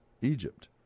Egypt